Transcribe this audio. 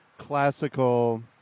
classical